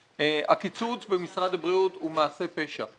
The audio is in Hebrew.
הקיצוץ במשרד הבריאות הוא מעשה פשע.